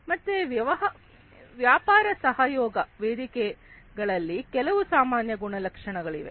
ಮತ್ತೆ ವ್ಯಾಪಾರ ಸಹಯೋಗ ವೇದಿಕೆಗಳಲ್ಲಿ ಕೆಲವು ಸಾಮಾನ್ಯ ಗುಣಲಕ್ಷಣಗಳಿವೆ